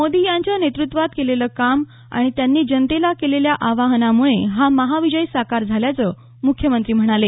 मोदी यांच्या नेतृत्वात केलेलं काम आणि त्यांनी जनतेला केलेल्या आवाहनामुळे हा महाविजय साकार झाल्याचं मुख्यमंत्री म्हणाले